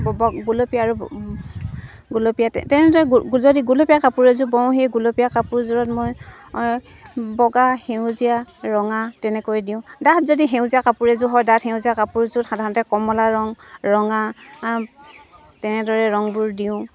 ব গুলপীয়া আৰু গুলপীয়া তে তেনেদৰে যদি গুলপীয়া কাপোৰ এযোৰ বওঁ সেই গুলপীয়া কাপোৰযোৰত মই বগা সেউজীয়া ৰঙা তেনেকৈ দিওঁ ডাঠ যদি সেউজীয়া কাপোৰ এযোৰ হয় ডাঠ সেউজীয়া কাপোৰযোৰত সাধাৰণতে কমলা ৰং ৰঙা তেনেদৰে ৰংবোৰ দিওঁ